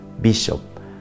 Bishop